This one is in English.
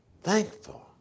Thankful